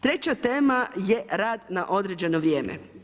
Treća tema je rad na određeno vrijeme.